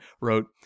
wrote